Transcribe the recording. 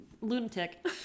lunatic